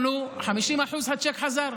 50%, הצ'ק חזר.